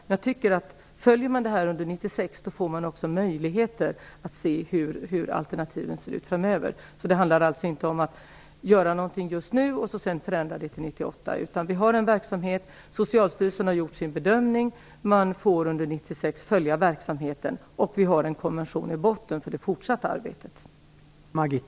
Om man följer det under 1996 får man också möjlighet att se hur alternativen ser ut framöver. Det handlar alltså inte om att göra någonting just nu och sedan förändra det till 1998. Vi har en verksamhet. Socialstyrelsen har gjort sin bedömning, och man får under 1996 följa verksamheten. Konventionen finns i botten för det fortsatta arbetet.